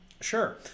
Sure